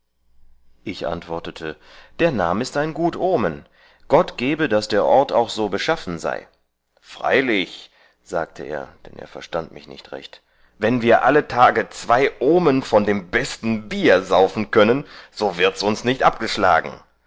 ich antwortete der name ist ein gut omen gott gebe daß der ort auch so beschaffen sei freilich sagte er dann er verstand mich nicht recht wann wir alle tage zwei ohmen von dem besten vier saufen könnten so wirds uns nicht abgeschlagen